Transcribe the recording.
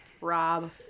Rob